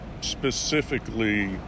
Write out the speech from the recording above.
specifically